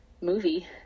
movie